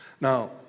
Now